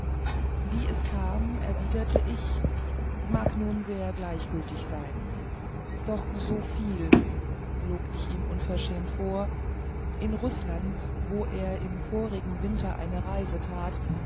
wie es kam erwiderte ich mag nun sehr gleichgültig sein doch so viel log ich ihm unverschämt vor in rußland wo er im vorigen winter eine reise tat